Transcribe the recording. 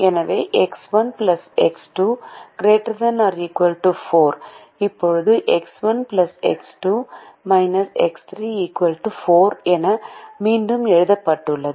எனவே x 1 x 2 ≥ 4 இப்போது x 1 x 2 x 3 4 என மீண்டும் எழுதப்பட்டுள்ளது